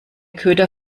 köter